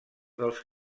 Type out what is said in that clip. dels